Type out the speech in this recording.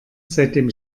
seitdem